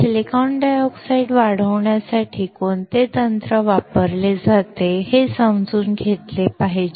silicon dioxide वाढवण्यासाठी कोणते तंत्र वापरले जाते हे समजून घेतले पाहिजे